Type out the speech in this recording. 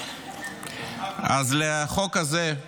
אז לחוק הזה,